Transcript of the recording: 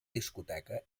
discoteca